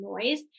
noise